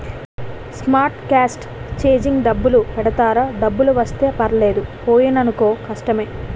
star cast changing డబ్బులు పెడతారా డబ్బులు వస్తే పర్వాలేదు పోయినాయనుకో కష్టమే